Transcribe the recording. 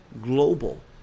global